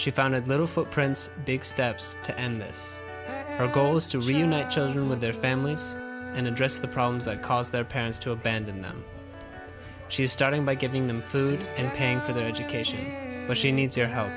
she founded little footprints big steps to end this her goal is to reunite children with their families and address the problems that caused their parents to abandon them she's starting by giving them food and paying for their education but she needs your help